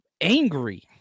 angry